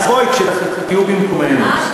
אז בואי, כשתהיה במקומנו.